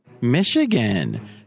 Michigan